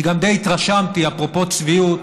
אני גם די התרשמתי, אפרופו צביעות,